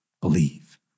believe